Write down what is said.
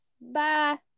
Bye